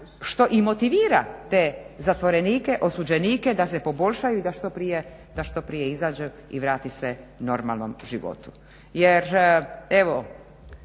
što i motivira te zatvorenike, osuđenike da se poboljšaju, da što prije izađe i vrati se normalnom životu,